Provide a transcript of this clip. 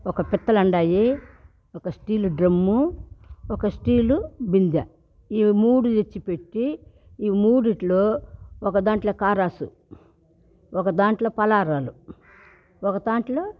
ఒక పిత్తలుండాయి ఒక స్టీలు డ్రమ్ము ఒక స్టీలు బింద ఇయ్యి మూడు దెచ్చి పెట్టి ఇవి మూడిట్లో ఒక దాంట్లో కారాస్ ఒక దాంట్లో పలారాలు ఒక దాంట్లో